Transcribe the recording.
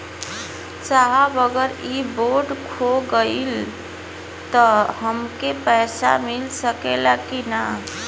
साहब अगर इ बोडखो गईलतऽ हमके पैसा मिल सकेला की ना?